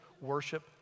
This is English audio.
worship